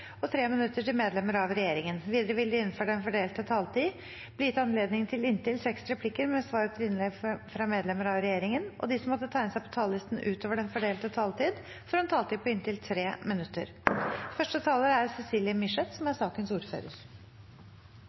og 5 minutter til medlemmer av regjeringen. Videre vil det – innenfor den fordelte taletid – bli gitt anledning til inntil fem replikker med svar etter innlegg fra medlemmer av regjeringen, og de som måtte tegne seg på talerlisten utover den fordelte taletid, får en taletid på inntil 3 minutter.